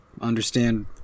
understand